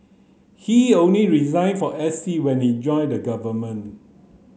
he only resigned for S T when he joined the government